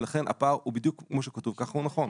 ולכן הפער הוא בדיוק כמו שכתוב ככה הוא נכון.